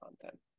content